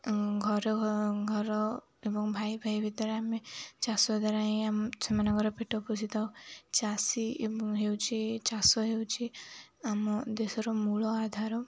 ଘର ଘର ଏବଂ ଭାଇ ଭାଇ ଭିତରେ ଆମେ ଚାଷ ଦ୍ୱାରା ହିଁ ସେମାନଙ୍କର ପେଟ ପୋଷିଥାଉ ଚାଷୀ ହେଉଛି ଚାଷ ହେଉଛି ଆମ ଦେଶର ମୂଳ ଆଧାର